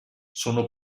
sono